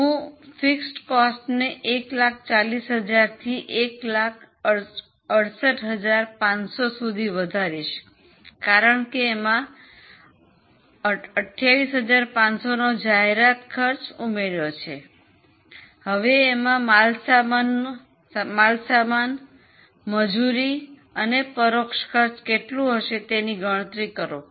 હું સ્થિર ખર્ચને 140000 થી 168500 સુધી વધારીશ કારણ કે એમાં 28500 નો જાહેરાત ખર્ચ ઉમેર્યો છે હવે માલ સામાન મજૂર અને પરોક્ષ ખર્ચ કેટલું હશે તેની ગણતરી કરો